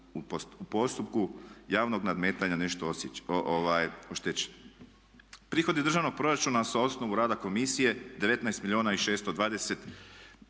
u postupku javnog nadmetanja nešto oštećeni. Prihodi državnog proračuna sa osnove rada komisije 19 milijuna i 620 tisuća